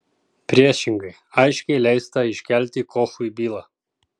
priešingai aiškiai leista iškelti kochui bylą